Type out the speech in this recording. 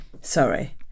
sorry